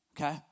Okay